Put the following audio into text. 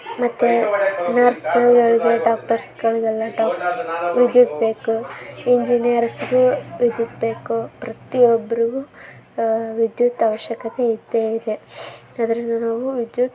ಮತ್ತು ನರ್ಸ್ಗಳಿಗೆ ಡಾಕ್ಟರ್ಸ್ಗಳಿಗೆಲ್ಲ ಡಾಕ್ ವಿದ್ಯುತ್ ಬೇಕು ಇಂಜಿನಿಯರ್ಸ್ಗೂ ವಿದ್ಯುತ್ ಬೇಕು ಪ್ರತಿಯೊಬ್ರಿಗೂ ವಿದ್ಯುತ್ ಆವಶ್ಯಕತೆ ಇದ್ದೇ ಇದೆ ಆದ್ರಿಂದ ನಾವು ವಿದ್ಯುತ್